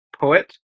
poet